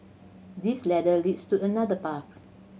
this ladder leads to another path